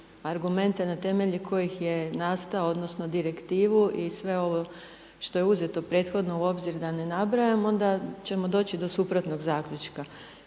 argumente na temelju na kojih je nastao, odnosno direktivu i sve ovo što je uzeto prethodno u obzir da ne nabrajamo, onda ćemo doći do suprotnog zaključka.